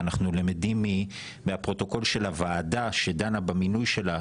ואנחנו למדים מהפרוטוקול של הוועדה שדנה במינוי שלה,